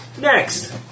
Next